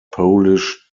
polish